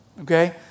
Okay